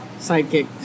sidekick